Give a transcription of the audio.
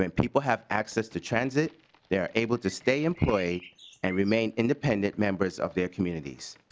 when peop le have access to transit their able to stay employed and remain independent members of their communities.